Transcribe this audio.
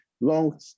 long